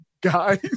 guys